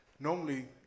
Normally